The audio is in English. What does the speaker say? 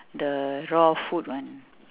the raw food one